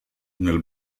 nel